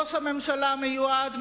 ראש הממשלה המיועד,